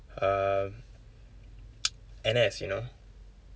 um N_S you know